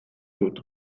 dut